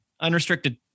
unrestricted